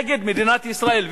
נגד מדינת ישראל,